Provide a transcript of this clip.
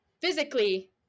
physically